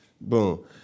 Boom